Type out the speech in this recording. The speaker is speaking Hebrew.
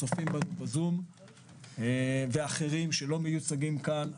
כאלה שצופים בזום ואחרים שלא מיוצגים כאן.